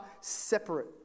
separate